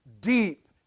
deep